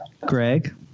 Greg